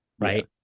Right